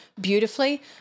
beautifully